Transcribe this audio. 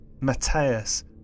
Matthias